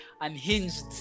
unhinged